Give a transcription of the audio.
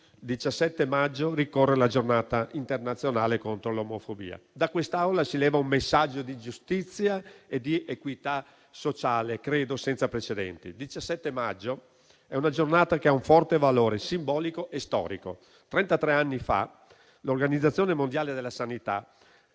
17 maggio, ricorre la Giornata internazionale contro l'omofobia. Da quest'Aula si leva un messaggio di giustizia e di equità sociale, credo senza precedenti. Il 17 maggio è una giornata che ha un forte valore simbolico e storico. Infatti, trentatré anni fa l'Organizzazione mondiale della sanità